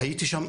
הייתי שם,